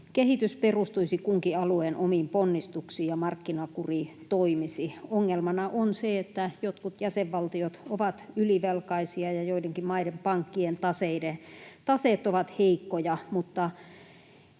talouskehitys perustuisi kunkin alueen omiin ponnistuksiin ja markkinakuri toimisi. Ongelmana on se, että jotkut jäsenvaltiot ovat ylivelkaisia ja joidenkin maiden pankkien taseet ovat heikkoja, mutta